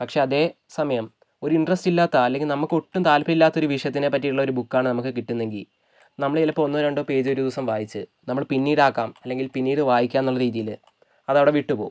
പക്ഷേ അതേ സമയം ഒരു ഇൻറ്ററസ്റ്റില്ലാത്ത അല്ലെങ്കിൽ നമുക്ക് ഒട്ടും താല്പര്യമില്ലാത്ത ഒരു വിഷയത്തിനെപറ്റിയിട്ടുള്ള ഒരു ബുക്കാണ് നമുക്ക് കിട്ടുന്നതെങ്കിൽ നമ്മള് ചിലപ്പോൾ ഒന്നോ രണ്ടോ പേജ് ഒരു ദിവസം വായിച്ച് നമ്മൾ പിന്നീടാക്കാം അല്ലെങ്കിൽ പിന്നീട് വായിക്കാം എന്നുള്ള രീതിയില് അതവിടെ വിട്ടുപോകും